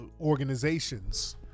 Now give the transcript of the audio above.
organizations